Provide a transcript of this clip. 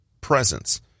presence